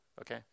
okay